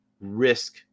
risk